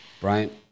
brian